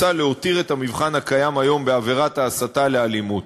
מוצע להותיר את המבחן הקיים היום בעבירת ההסתה לאלימות,